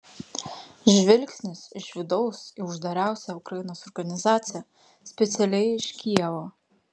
žvilgsnis iš vidaus į uždariausią ukrainos organizaciją specialiai iš kijevo